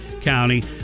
County